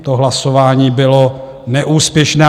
To hlasování bylo neúspěšné.